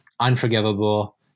unforgivable